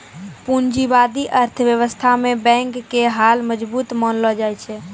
पूंजीबादी अर्थव्यवस्था मे बैंक के हाल मजबूत मानलो जाय छै